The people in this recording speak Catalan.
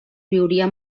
viuria